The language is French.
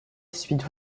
suite